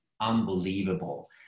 unbelievable